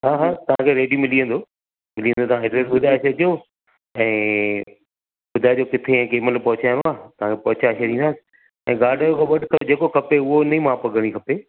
हा हा तव्हां खे रेडी मिली वेंदो जीअं त तव्हां ऐड्रेस ॿुधाए छॾिजो ऐं ॿुधाइजो किथे कंहिं मइल पहुंचाइणों आहे तव्हां खे पहुंचाए छॾींदासि ऐं गार्ड जो कॿटु जेको खपे उन जी माप घणी खपे